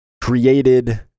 created